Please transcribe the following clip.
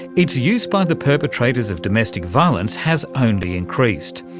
its use by the perpetrators of domestic violence has only increased,